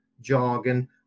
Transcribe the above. jargon